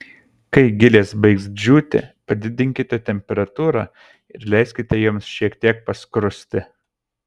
kai gilės baigs džiūti padidinkite temperatūrą ir leiskite joms šiek tiek paskrusti